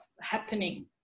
happening